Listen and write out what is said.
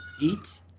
eat